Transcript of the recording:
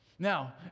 Now